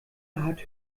hat